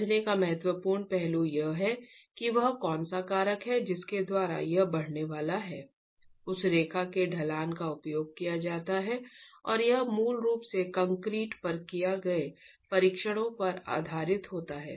समझने का महत्वपूर्ण पहलू यह है कि वह कौन सा कारक है जिसके द्वारा यह बढ़ने वाला है उस रेखा के ढलान का उपयोग किया जाता है और यह मूल रूप से कंक्रीट पर किए गए परीक्षणों पर आधारित होता है